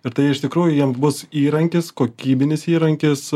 ir tai iš tikrųjų jiems bus įrankis kokybinis įrankis